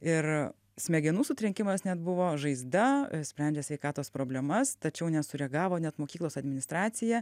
ir smegenų sutrenkimas net buvo žaizda sprendė sveikatos problemas tačiau nesureagavo net mokyklos administracija